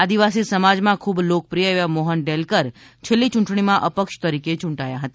આદિવાસી સમાજમાં ખૂબ લોકપ્રિય એવા મોહન ડેલકર છેલ્લી ચૂંટણીમાં અપક્ષ તરીકે ચૂંટાયા હતા